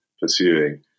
pursuing